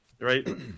right